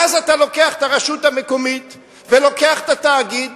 אז אתה לוקח את הרשות המקומית ולוקח את התאגיד